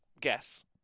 guess